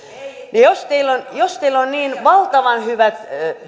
jos teillä on niin valtavan hyvät